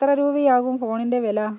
എത്ര രൂപയാകും ഫോണിൻ്റെ വില